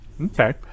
Okay